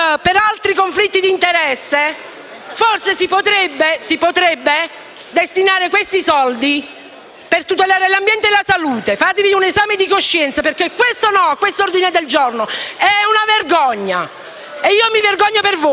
per altri conflitti di interesse, forse si potrebbero impiegare gli stessi soldi per tutelare l'ambiente e la salute. Fatevi un esame di coscienza, perché questa contrarietà a quest'ordine del giorno è una vergogna! E io mi vergogno per voi!